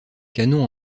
canons